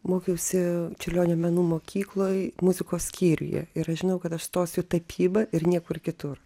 mokiausi čiurlionio menų mokykloj muzikos skyriuje ir aš žinojau kad aš stosiu į tapybą ir niekur kitur